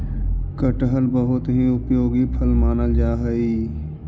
कटहल बहुत ही उपयोगी फल मानल जा हई